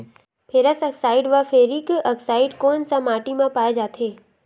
Ferrous oxide व ferric oxide कोन सा माटी म पाय जाथे?